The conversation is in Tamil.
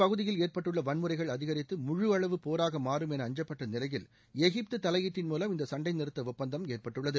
பகுதியில் ஏற்பட்டுள்ள வன்முறைகள் அதிகரித்து முழு அளவு போராக மாறும் என அஞ்சப்பட்ட நிலையில் எகிப்து தலையீட்டின் மூலம் இந்த சண்டைநிறுத்த ஒப்பந்தம் ஏற்பட்டுள்ளது